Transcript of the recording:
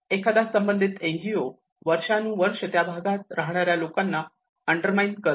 एकदा संबंधित एनजीओ वर्षानुवर्ष त्या भागात राहणाऱ्या लोकांना अंडर माईन करते